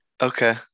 Okay